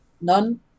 None